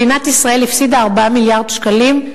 מדינת ישראל הפסידה 4 מיליארד שקלים,